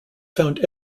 found